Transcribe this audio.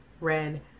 red